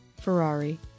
Ferrari